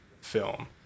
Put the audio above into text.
film